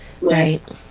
right